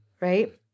right